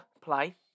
Play